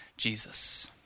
Jesus